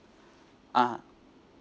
ah